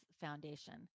Foundation